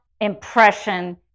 impression